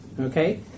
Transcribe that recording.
Okay